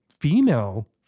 female